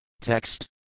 Text